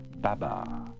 Baba